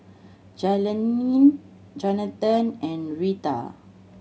Jailene Jonathan and Reta